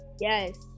yes